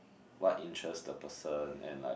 what interest the person and like